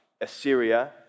Assyria